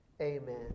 Amen